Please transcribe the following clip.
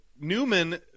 Newman